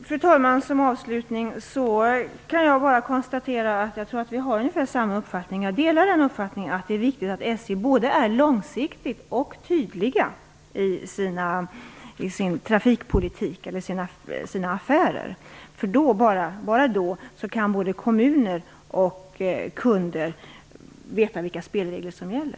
Fru talman! Som avslutning kan jag bara konstatera att jag tror att vi har ungefär samma uppfattning. Jag delar uppfattningen att det är viktigt att SJ både är långsiktigt och tydligt i sin trafikpolitik och sina affärer. Bara då kan både kommuner och kunder veta vilka spelregler som gäller.